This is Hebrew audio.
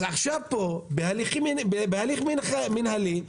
אז עכשיו פה, בהליך מינהלי,